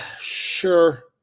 Sure